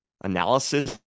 analysis